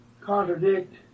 contradict